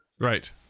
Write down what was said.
right